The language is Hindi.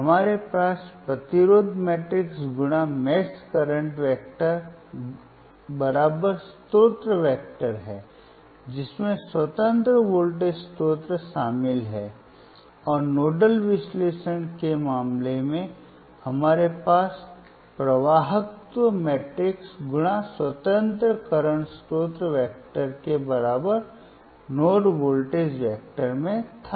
हमारे पास प्रतिरोध मैट्रिक्स × मेश करंट वेक्टर स्रोत वेक्टर है जिसमें स्वतंत्र वोल्टेज स्रोत शामिल हैं और नोडल विश्लेषण के मामले में हमारे पास प्रवाहकत्त्व मैट्रिक्स × स्वतंत्र वर्तमान स्रोत वेक्टर के बराबर नोड वोल्टेज वेक्टर में था